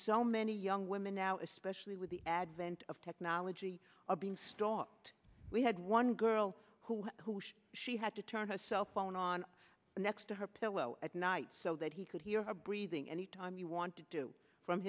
so many young women now especially with the advent of technology are being sought we had one girl who who she she had to turn her cell phone on the next to her pillow at night so that he could hear her breathing anytime you want to do from